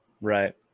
Right